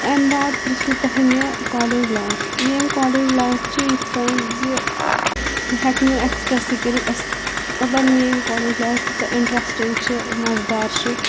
اَمہِ بعد پِرٛژھُو تۄہہِ مےٚ کالیج لایف میٛٲنۍ کالیج لایف چھِ یِتھ پٲنۍ زِ بہٕ ہٮ۪کہٕ نہٕ اٮ۪کٕسپرٛٮ۪سٕے کٔرِتھ اَسہِ مطلب میٛٲنۍ کالیج لایف کۭژاہ اِںٹرٛسٹِنٛگ چھِ مَزٕ دار چھِ